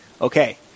Okay